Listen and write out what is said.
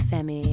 Femi